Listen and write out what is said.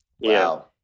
Wow